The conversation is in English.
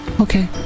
Okay